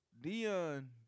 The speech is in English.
Dion